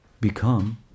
become